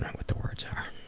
what the words are.